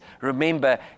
remember